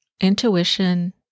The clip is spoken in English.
intuition